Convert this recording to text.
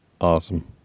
Awesome